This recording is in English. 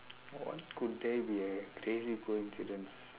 what could there be a crazy coincidence